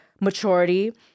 maturity